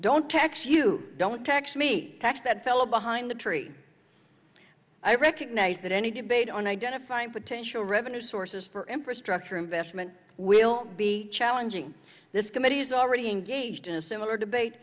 don't tax you don't tax me tax that fellow behind the tree i recognize that any debate on identifying potential revenue sources for infrastructure investment will be challenging this committee is already engaged in a similar debate